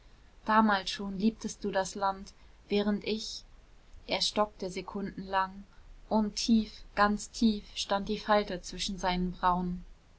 damals schon liebtest du das land während ich er stockte sekundenlang und tief ganz tief stand die falte zwischen seinen brauen